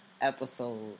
episode